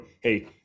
Hey